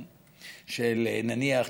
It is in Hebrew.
נניח,